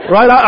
Right